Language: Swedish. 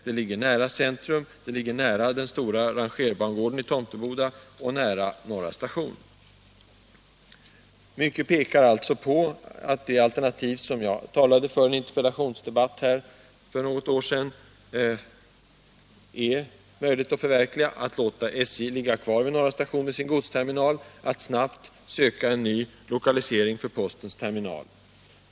Det ligger nära centrum, nära rangerbangården och nära Norra station. Mycket pekar alltså på att det alternativ, som jag talade för i en interpellationsdebatt för ett år sedan, är möjligt att förverkliga, nämligen att låta SJ ligga kvar vid Norra station med sin godsterminal och snabbt söka en ny lokalisering för postens terminal.